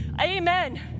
Amen